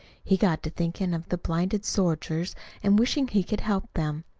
he got to thinking of the blinded soldiers and wishing he could help them.